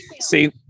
See